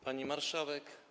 Pani Marszałek!